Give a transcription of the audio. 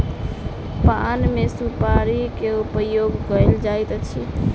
पान मे सुपाड़ी के उपयोग कयल जाइत अछि